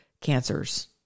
cancers